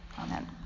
Amen